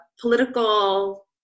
political